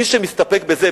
מי שמסתפק בזה,